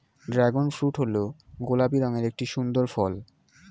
dragon fruit হল গোলাপি রঙের একটি সুন্দর ফল